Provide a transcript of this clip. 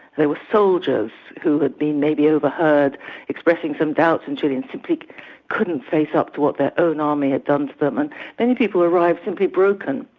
there were soldiers who had been maybe overheard expressing some doubts in chile, and simply couldn't face up to what their own army had done to them, and many people arrived simply broken.